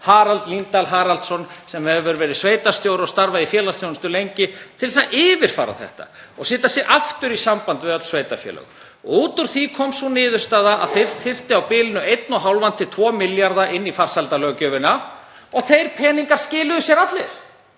Harald Líndal Haraldsson, sem hefur verið sveitarstjóri og starfað í félagsþjónustu lengi, til að yfirfara þetta og setja sig aftur í samband við öll sveitarfélög. Út úr því kom sú niðurstaða að til þyrfti á bilinu 1,5–2 milljarða inn í farsældarlöggjöfina og þeir peningar skiluðu sér allir.